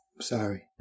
sorry